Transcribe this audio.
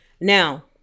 Now